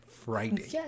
friday